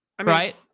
right